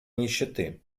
нищеты